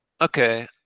okay